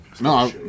No